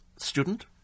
student